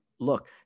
look